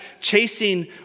chasing